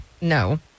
no